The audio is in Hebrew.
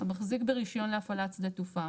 המחזיק ברישיון להפעלת שדה תעופה,